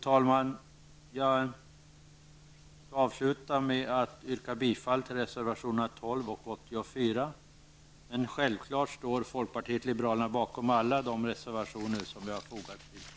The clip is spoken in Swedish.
Jag avslutar med att yrka bifall till reservationerna 12 och 84, men självfallet står folkpartiet liberalerna bakom alla de reservationer som vi fogat till betänkandet.